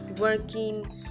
working